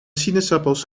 sinaasappels